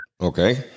Okay